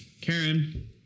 Karen